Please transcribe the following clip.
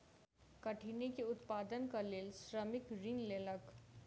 कठिनी के उत्पादनक लेल श्रमिक ऋण लेलक